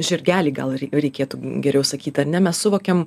žirgelį gal reikėtų geriau sakyt ar ne mes suvokiam